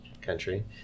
Country